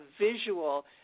visual